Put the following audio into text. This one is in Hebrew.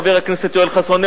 חבר הכנסת יואל חסון?